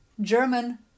German